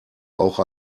auch